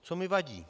Co mi vadí?